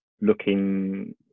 looking